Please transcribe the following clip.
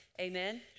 amen